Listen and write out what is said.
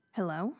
Hello